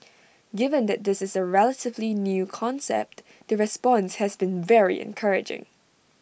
given that this is A relatively new concept the response has been very encouraging